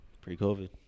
Pre-COVID